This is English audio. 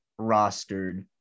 rostered